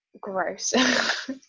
Gross